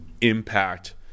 impact